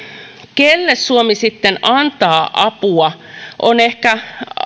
kelle suomi sitten antaa apua on ehkä